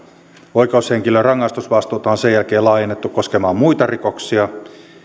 oikeushenkilön rangaistusvastuuta on sen jälkeen laajennettu koskemaan muita rikoksia